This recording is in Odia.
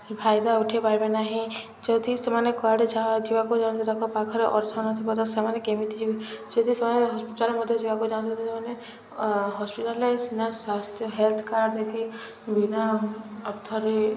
ଫାଇଦା ଉଠାଇ ପାରିବେ ନାହିଁ ଯଦି ସେମାନେ କୁଆଡ଼େ ଯା ଯିବାକୁ ଚାହାଁନ୍ତି ତାଙ୍କ ପାଖରେ ଅର୍ଥ ନଥିବ ତ ସେମାନେ କେମିତି ଯିବେ ଯଦି ସେମାନେ ହସ୍ପିଟାଲ୍ ମଧ୍ୟ ଯିବାକୁ ଚାହୁଁଛନ୍ତି ସେମାନେ ହସ୍ପିଟାଲ୍ରେ ସିନା ସ୍ୱାସ୍ଥ୍ୟ ହେଲ୍ଥ କାର୍ଡ଼ ଦେଖି ବିନା ଅର୍ଥରେ